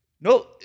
no